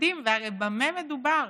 מדהים, והרי במה מדובר?